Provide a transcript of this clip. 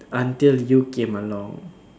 until you came along